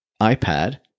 iPad